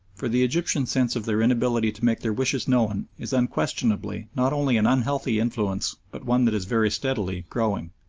for the egyptians' sense of their inability to make their wishes known is unquestionably not only an unhealthy influence but one that is very steadily growing.